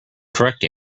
correct